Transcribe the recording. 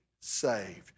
saved